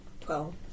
Twelve